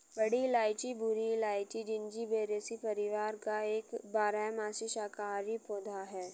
बड़ी इलायची भूरी इलायची, जिंजिबेरेसी परिवार का एक बारहमासी शाकाहारी पौधा है